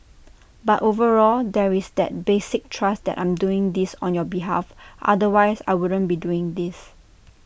but overall there is that basic trust that I'm doing this on your behalf otherwise I wouldn't be doing this